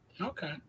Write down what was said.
okay